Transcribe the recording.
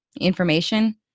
information